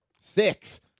six